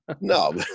no